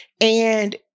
And-